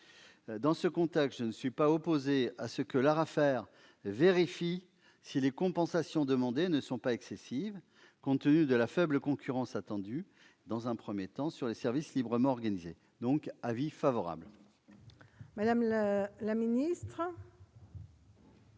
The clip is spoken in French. Dans ce contexte, je ne suis pas opposé à ce que l'ARAFER vérifie si les compensations demandées ne sont pas excessives compte tenu de la faible concurrence attendue, dans un premier temps, pour les services librement organisés. La commission émet donc un avis